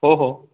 हो हो